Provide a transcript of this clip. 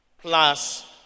plus